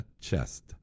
chest